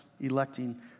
electing